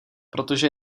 protože